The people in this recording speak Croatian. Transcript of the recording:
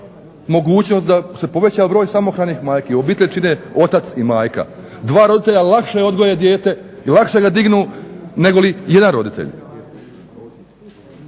mogućnost da se poveća broj samohranih majki. Obitelj čine otac i majka. Dva roditelja lakše odgoje dijete i lakše ga dignu negoli jedan roditelj,